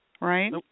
right